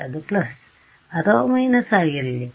ಅದು ಪ್ಲಸ್ ಅಥವಾ ಮೈನಸ್ ಆಗಿರಲಿ